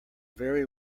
very